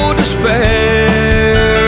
despair